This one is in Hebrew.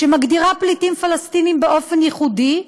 שמגדירה פליטים פלסטינים באופן ייחודי,